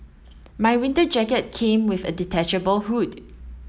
my winter jacket came with a detachable hood